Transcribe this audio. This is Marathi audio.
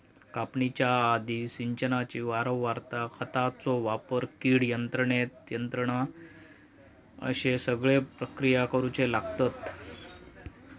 कापणीच्या आधी, सिंचनाची वारंवारता, खतांचो वापर, कीड नियंत्रण अश्ये सगळे प्रक्रिया करुचे लागतत